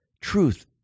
truth